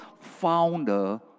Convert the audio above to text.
founder